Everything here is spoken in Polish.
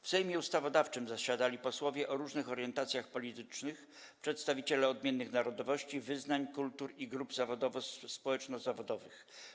W Sejmie Ustawodawczym zasiadali posłowie o różnych orientacjach politycznych, przedstawiciele odmiennych narodowości, wyznań, kultur i grup społeczno-zawodowych.